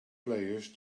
players